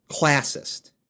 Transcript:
Classist